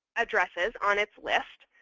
addresses on its list,